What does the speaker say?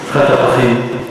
שכונת-הפחים,